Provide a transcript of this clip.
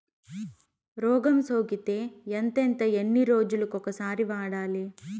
రోగం సోకితే ఎంతెంత ఎన్ని రోజులు కొక సారి వాడాలి?